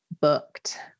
booked